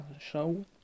Show